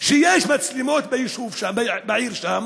שיש מצלמות ביישוב שם, בעיר שם,